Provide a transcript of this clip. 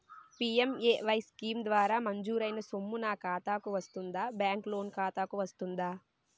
PMAY scheme ద్వారా మంజూరైన సొమ్ము నా ఖాతా కు వస్తుందాబ్యాంకు లోన్ ఖాతాకు వస్తుందా?